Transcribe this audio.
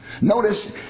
Notice